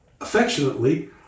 affectionately